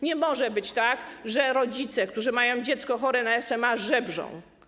Nie może być tak, że rodzice, którzy mają dziecko chore na SMA, żebrzą.